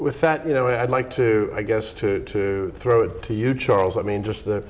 with that you know i'd like to i guess to throw it to you charles i mean just the